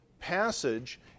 passage